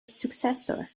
successor